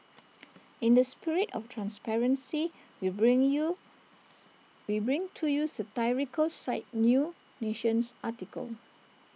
in the spirit of transparency we bring you we bring to use site new nation's article